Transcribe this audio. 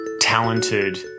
talented